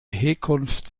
herkunft